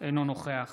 אינו נוכח